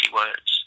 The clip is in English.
words